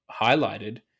highlighted